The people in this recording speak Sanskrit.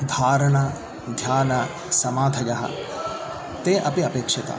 धारणाध्यानसमाधयः ते अपि अपेक्षिताः